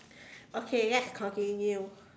okay let's continue